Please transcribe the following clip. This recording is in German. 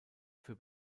für